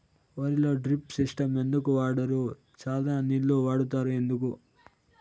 వరిలో drip system ఎందుకు వాడరు? చానా నీళ్లు వాడుతారు ఎందుకు?